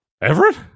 Everett